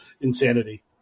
insanity